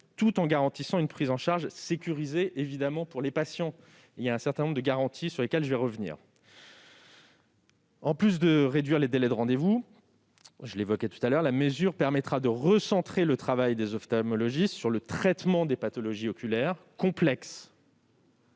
tout en garantissant une prise en charge sécurisée pour les patients. L'article prévoit un certain nombre de garanties, sur lesquelles je reviendrai. En plus de réduire les délais de rendez-vous, la mesure permettra de recentrer le travail des ophtalmologistes sur le traitement des pathologies oculaires complexes,